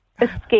escape